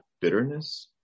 bitterness